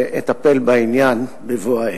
ואטפל בעניין בבוא העת.